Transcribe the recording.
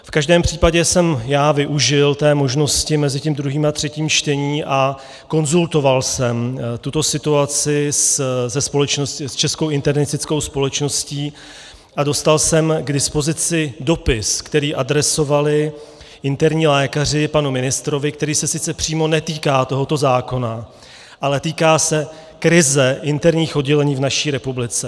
V každém případě jsem využil možnosti mezi druhým a třetím čtením a konzultoval jsem tuto situaci s Českou internistickou společností a dostal jsem k dispozici dopis, který adresovali interní lékaři panu ministrovi, který se sice přímo netýká tohoto zákona, ale týká se krize interních oddělení v naší republice.